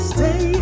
Stay